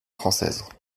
française